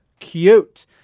cute